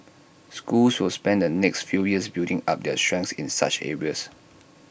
schools will spend the next few years building up their strengths in such areas